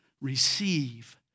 receive